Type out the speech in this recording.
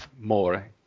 more